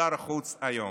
שר החוץ היום.